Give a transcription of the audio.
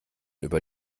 über